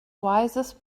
wisest